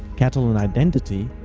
catalan identity,